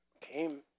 Came